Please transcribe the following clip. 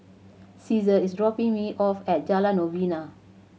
Ceasar is dropping me off at Jalan Novena